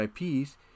IPs